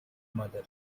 mother